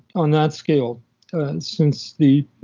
on that scale since the